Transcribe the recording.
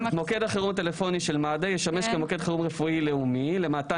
מוקד החירום הטלפוני של מד"א ישמש כמוקד חירום רפואי לאומי למענה